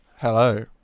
Hello